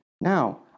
Now